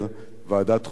ועדת החוץ והביטחון,